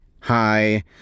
Hi